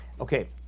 Okay